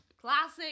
Classic